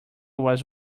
was